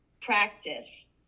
practice